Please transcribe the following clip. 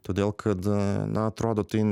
todėl kad na atrodo tai